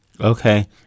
Okay